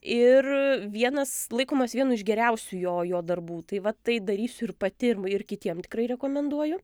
ir vienas laikomas vienu iš geriausių jo jo darbų tai va tai darysiu ir pati ir m ir kitiem tikrai rekomenduoju